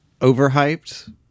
Overhyped